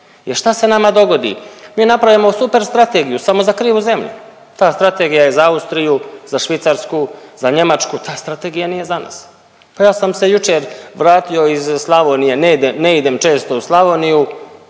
Jel šta se nama dogodi? Mi napravimo super strategiju samo za krivu zemlji. Ta strategija je za Austriju, za Švicarsku, za Njemačku, ta strategija nije za nas. Pa ja sam se jučer vratio iz Slavonije, ne idem često u Slavoniju,